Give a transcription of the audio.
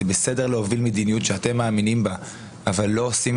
זה בסדר להוביל מדיניות שאתם מאמינים בה אבל לא עושים